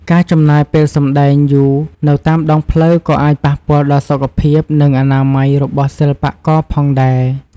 ការចំណាយពេលសម្ដែងយូរនៅតាមដងផ្លូវក៏អាចប៉ះពាល់ដល់សុខភាព និងអនាម័យរបស់សិល្បករផងដែរ។